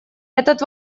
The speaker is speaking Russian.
этот